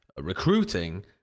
recruiting